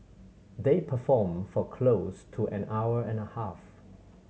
they performed for close to an hour and a half